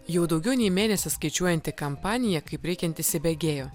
jau daugiau nei mėnesį skaičiuojanti kampanija kaip reikiant įsibėgėjo